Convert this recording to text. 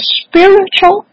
spiritual